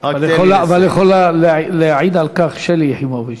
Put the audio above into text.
אבל יכולה להעיד על כך שלי יחימוביץ.